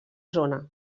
zona